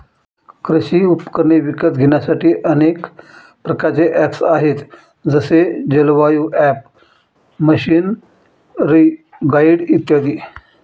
कृषी उपकरणे विकत घेण्यासाठी अनेक प्रकारचे ऍप्स आहेत जसे जलवायु ॲप, मशीनरीगाईड इत्यादी